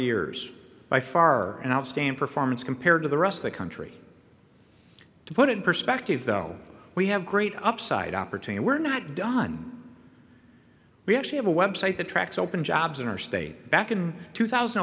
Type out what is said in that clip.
years by far and i'll stand performance compared to the rest of the country to put it in perspective though we have great upside opportunity we're not done we actually have a website that tracks open jobs in our state back in two thousand